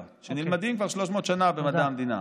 שנלמדים כבר 300 שנה במדע המדינה.